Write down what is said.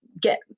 get